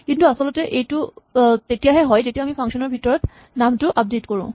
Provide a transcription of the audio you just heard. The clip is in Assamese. কিন্তু আচলতে এইটো তেতিয়াহে হয় যেতিয়া আমি ফাংচন ৰ ভিতৰত নামটো আপডেট কৰো